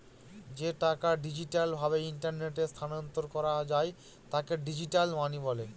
যে টাকা ডিজিটাল ভাবে ইন্টারনেটে স্থানান্তর করা যায় তাকে ডিজিটাল মানি বলে